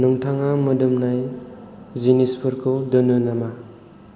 नोंथाङा मोदोमनाय जिनिसफोरखौ दोनो नामा